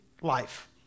Life